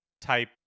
type